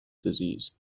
disease